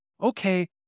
okay